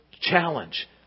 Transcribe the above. challenge